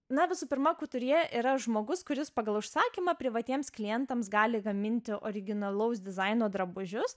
na visų pirma kuturjė yra žmogus kuris pagal užsakymą privatiems klientams gali gaminti originalaus dizaino drabužius